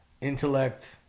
intellect